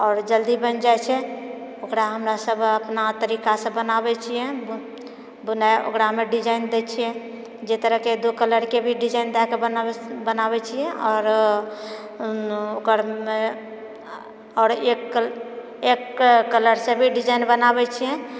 आओर जल्दी बनि जाइ छै ओकरा हमरासब अपना तरीकासँ बनाबै छियै बुनाइ ओकरामे डिजाइन दै छियै जे तरहके दो कलरके भी डिजाइन दए कऽ बनाबै छियै आओर ओकरमे आओर एक कलर एक कलरसँ भी डिजाइन बनाबै छियै